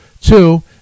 Two